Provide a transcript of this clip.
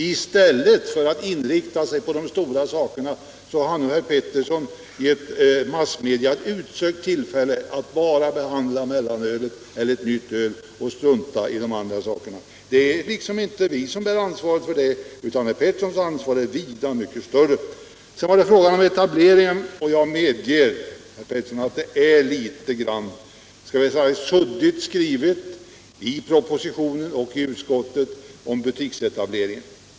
I stället för att inrikta sig på de stora sakerna har herr Pettersson givit massmedia ett utsökt tillfälle att bara behandla mellanölet eller ett nytt öl och strunta i de andra frågorna. Det är liksom inte vi som bär ansvaret för det, utan herr Petterssons ansvar är vida större. Beträffande etableringen medger jag, herr Pettersson, att det är låt mig säga litet suddigt skrivet i propositionen och i utskottsbetänkandet om butiksetableringen.